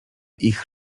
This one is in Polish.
ich